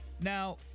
Now